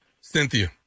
Cynthia